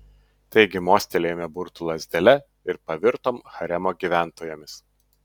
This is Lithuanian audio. taigi mostelėjome burtų lazdele ir pavirtom haremo gyventojomis